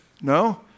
No